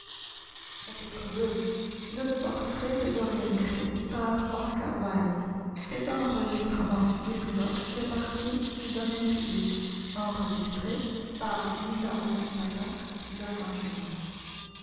de dorian gray